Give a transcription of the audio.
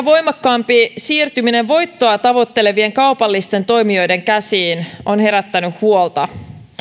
voimakkaampi siirtyminen voittoa tavoittelevien kaupallisten toimijoiden käsiin on herättänyt huolta